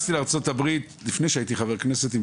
לפני שהייתי חבר כנסת,